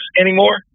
anymore